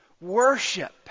worship